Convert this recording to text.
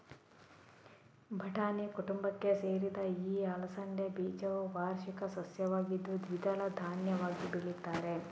ಬಟಾಣಿ ಕುಟುಂಬಕ್ಕೆ ಸೇರಿದ ಈ ಅಲಸಂಡೆ ಬೀಜವು ವಾರ್ಷಿಕ ಸಸ್ಯವಾಗಿದ್ದು ದ್ವಿದಳ ಧಾನ್ಯಕ್ಕಾಗಿ ಬೆಳೀತಾರೆ